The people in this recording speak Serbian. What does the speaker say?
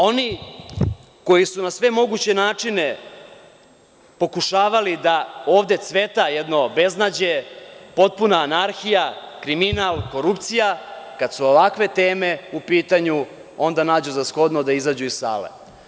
Oni koji su na sve moguće načine pokušavali da ovde cveta jedno beznađe, potpuna anarhija, kriminal, korupcija, kada su ovakve teme u pitanju, onda nađu za shodno da izađu iz sale.